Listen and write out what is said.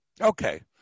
Okay